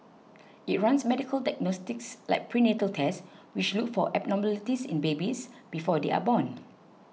it runs medical diagnostics like prenatal tests which look for abnormalities in babies before they are born